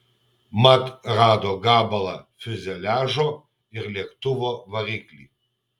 mat rado gabalą fiuzeliažo ir lėktuvo variklį